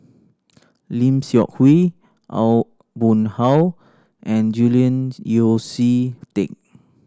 Lim Seok Hui Aw Boon Haw and Julian Yeo See Teck